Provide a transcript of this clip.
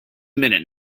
minute